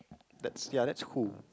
that's ya that's who